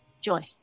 joy